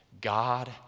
God